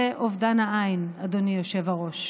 זה אובדן העין, אדוני היושב-ראש.